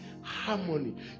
harmony